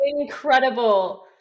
Incredible